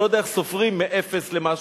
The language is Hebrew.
אני לא יודע איך סופרים מאפס למשהו,